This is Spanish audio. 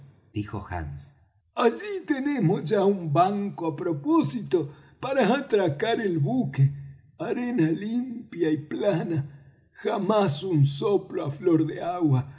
dijo hands allí tenemos ya un banco á propósito para atracar un buque arena limpia y plana jamás un soplo á flor de agua